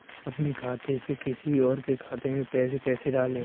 अपने खाते से किसी और के खाते में पैसे कैसे डालें?